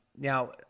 Now